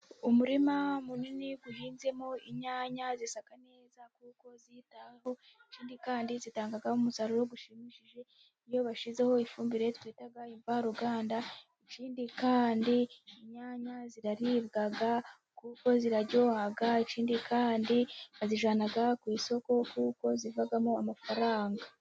Umurima munini uhinzemo inyanya zisa neza kuko zitaweho, ikindi kandi zitanga umusaruro ushimishije iyo bashyizeho ifumbire twita imvaruganda, ikindi kandi inyanya ziraribwa, kuko ziraryoha, ikindi kandi bazijyana ku isoko, kuko zivamo amafaranga.